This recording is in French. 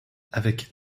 avec